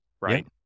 Right